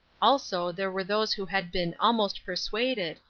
also there were those who had been almost persuaded,